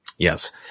Yes